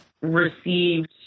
received